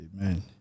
Amen